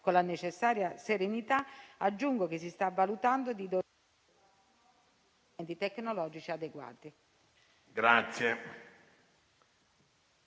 con la necessaria serenità, aggiungo che si sta valutando di dotarli di strumenti tecnologici adeguati.